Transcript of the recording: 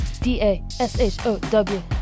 D-A-S-H-O-W